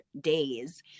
days